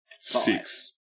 six